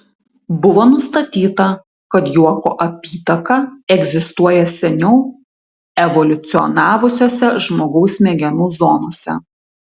buvo nustatyta kad juoko apytaka egzistuoja seniau evoliucionavusiose žmogaus smegenų zonose